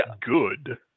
good